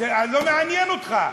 זה לא מעניין אותך.